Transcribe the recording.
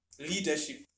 Leadership